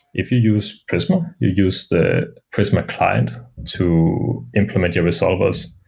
if you use prisma, you use the prisma client to implement your resolvers,